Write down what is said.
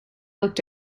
looked